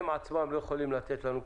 החברות עצמן לא יכולות לתת לנו מסמך,